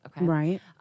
Right